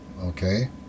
Okay